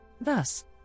Thus